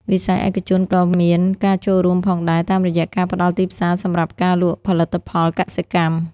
វិស័យឯកជនក៏មានការចូលរួមផងដែរតាមរយៈការផ្តល់ទីផ្សារសម្រាប់ការលក់ផលិតផលកសិកម្ម។